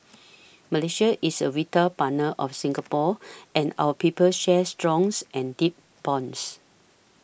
Malaysia is a vital partner of Singapore and our peoples shares strong and deep bonds